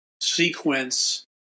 sequence